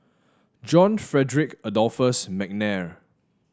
John Frederick Adolphus McNair